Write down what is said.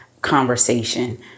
conversation